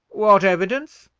what evidence?